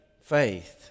Faith